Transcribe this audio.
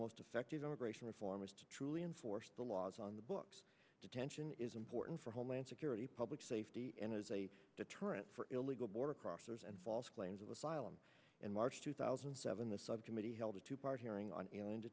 most effective emigration reform is to truly enforce the laws on the books detention is important for homeland security public safety as a deterrent for illegal border crossers and false claims of asylum in march two thousand and seven the subcommittee held a two part hearing on you know in